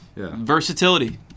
Versatility